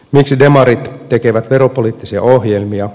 miksi demarit tekevät veropoliittisia ohjelmia